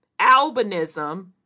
albinism